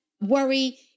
worry